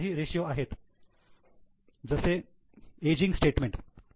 अजून काही रेषीयो आहेत जसे एजिंग स्टेटमेंट